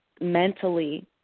mentally